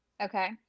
Okay